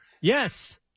Yes